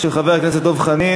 שלא יהיה טורח ציבור.